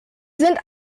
sind